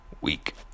week